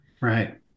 Right